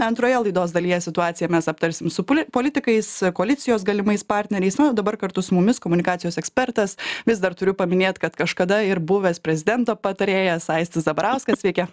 antroje laidos dalyje situaciją mes aptarsim su politikais koalicijos galimais partneriais nu o dabar kartu su mumis komunikacijos ekspertas vis dar turiu paminėt kad kažkada ir buvęs prezidento patarėjas aistis zabarauskas sveiki